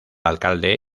alcalde